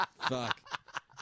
Fuck